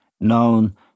known